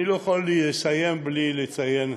אני לא יכול לסיים בלי לציין,